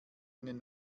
ihnen